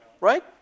Right